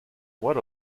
what